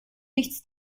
nichts